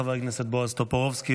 חבר הכנסת בועז טופורובסקי,